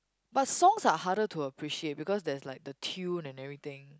but songs are harder to appreciate because there's like the tune and everything